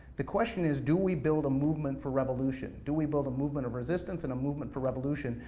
the question is do we build a movement for revolution, do we build a movement of resistance, and a movement for revolution,